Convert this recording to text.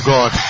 God